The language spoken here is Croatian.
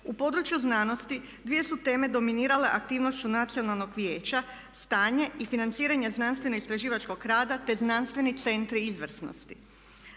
U području znanosti dvije su teme dominirale aktivnošću Nacionalnog vijeća, stanje i financiranje znanstveno-istraživačkog rada, te znanstveni centre izvrsnosti.